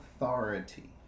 authority